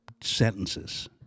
sentences